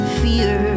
fear